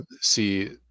see